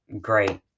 great